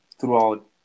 throughout